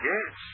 Yes